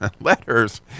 letters